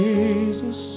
Jesus